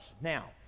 Now